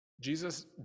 Jesus